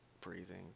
breathing